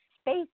space